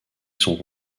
sont